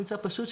ממצא פשוט,